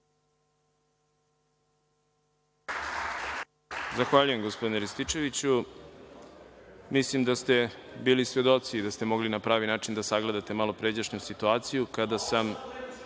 Zahvaljujem, gospodine Rističeviću. Mislim da ste bili svedoci i da ste mogli na pravi način da sagledate malopređašnju situaciju kada sam